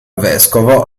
vescovo